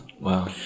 Wow